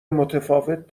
متفاوت